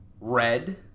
red